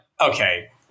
okay